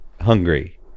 hungry